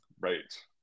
right